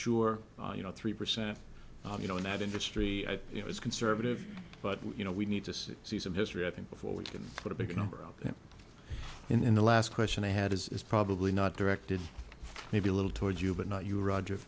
sure you know three percent you know in that industry is conservative but you know we need to see some history i think before we can put a big number out there in the last question i had is is probably not directed maybe a little towards you but not you roger